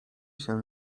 się